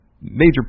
major